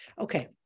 Okay